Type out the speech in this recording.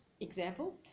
example